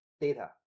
data